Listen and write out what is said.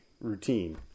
routine